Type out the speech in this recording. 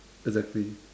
exactly